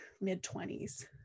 mid-20s